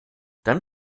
dann